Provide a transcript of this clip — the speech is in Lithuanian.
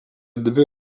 dvi